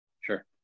Sure